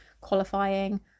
qualifying